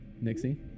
Nixie